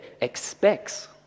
expects